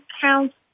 counts